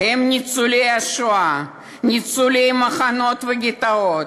הם ניצולי השואה, ניצולי מחנות וגטאות.